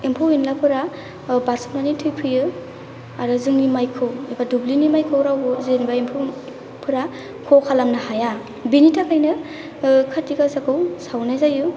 एम्फौ एनलाफोरा बारसोमनानै थैफैयो आरो जोंनि माइखौ एबा दुब्लिनि माइखौ रावबो जेनेबा एम्फौफोरा खहा खालामनो हाया बेनि थाखायनो खाथि गासाखौ सावनाय जायो